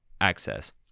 access